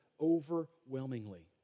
Overwhelmingly